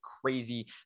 crazy